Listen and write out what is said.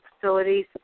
facilities